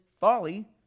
folly